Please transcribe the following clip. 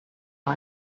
and